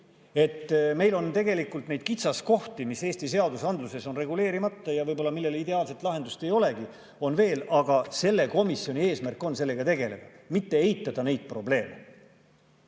Meil on tegelikult veel neid kitsaskohti, mis Eesti seadusandluses on reguleerimata ja millele ideaalset lahendust võib-olla ei olegi. Aga selle komisjoni eesmärk on sellega tegeleda, mitte eitada neid probleeme.